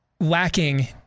lacking